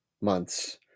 month's